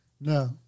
No